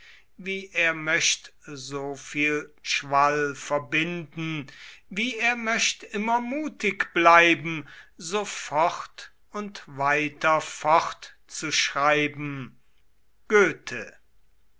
wie er möcht so viel schwall verbinden wie er möcht immer mutig bleiben so fort und weiter fort